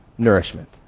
Nourishment